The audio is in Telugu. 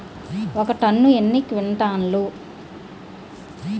ఒక టన్ను ఎన్ని క్వింటాల్లు?